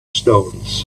stones